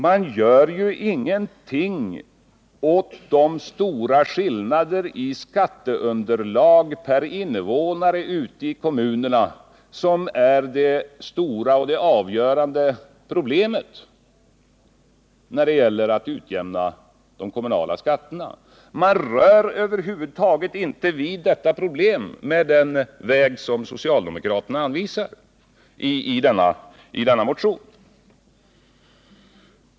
Man gör ju med en sådan åtgärd ingenting åt de väsentliga skillnader i skatteunderlag per invånare i kommunerna som är det stora och det avgörande problemet när det gäller att utjämna de kommunala skatterna. Man rör över huvud taget inte vid detta problem om man beträder den väg som socialdemokraterna anvisar i denna motion.